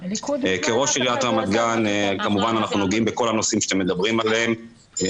כראש עיריית רמת גן אנחנו נוגעים בכל הנושאים שאתם מדברים עליהם כמובן,